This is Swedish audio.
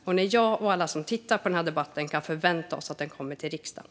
När kan jag och alla som tittar på debatten förvänta oss att den kommer till riksdagen?